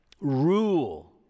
rule